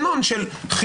זה מין "סופר פאקס".